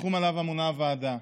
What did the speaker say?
בתחום שעליו אמונה הוועדה.